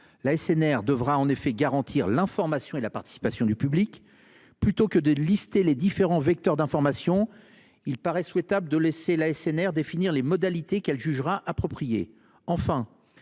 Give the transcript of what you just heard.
L’ASNR devra en effet garantir l’information et la participation du public. Plutôt que de lister les différents vecteurs d’information, il paraît souhaitable de laisser l’ASNR définir les modalités qu’elle jugera appropriées.